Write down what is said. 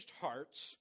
hearts